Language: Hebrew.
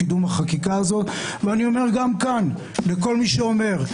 בתיאוריה יש הרבה מאוד אנשים שרוצים להפיל אותו ואנחנו רואים את זה.